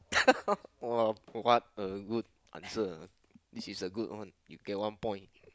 what a good answer ah this is a good one you get one point